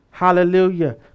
Hallelujah